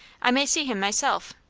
i may see him myself.